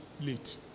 late